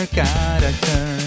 character